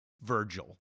Virgil